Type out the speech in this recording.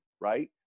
right